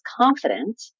confident